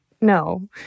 No